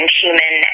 human